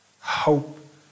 Hope